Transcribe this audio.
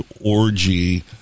orgy